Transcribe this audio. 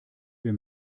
wir